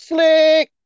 Slick